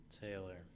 Taylor